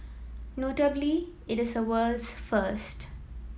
notably it is a world's first